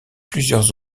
plusieurs